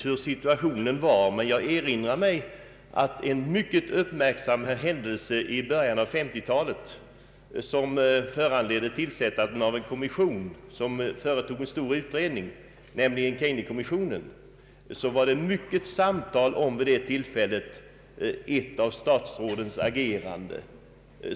Jag vill erinra om en mycket uppmärksammad händelse i början av 1950-talet, som föranledde tillsättandet av en kommission som företog en stor utredning, nämligen Kejne-kommissionen. Vid detta tillfälle talades det mycket om ett statsråds agerande.